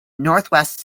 northwest